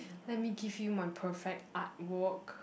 let me give you my perfect artwork